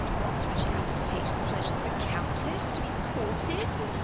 what, when she comes to taste the pleasures of a countess! to be courted